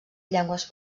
llengües